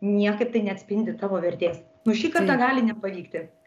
niekaip tai neatspindi tavo vertės nu šį kartą gali nepavykti